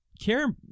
Care